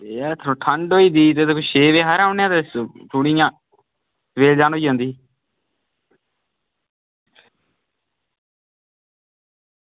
ते ठंड होई दी ते छे बजे हारे औने आं ते लो जन होई जंदी